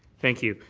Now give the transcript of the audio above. thank you.